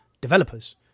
developers